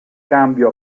cambio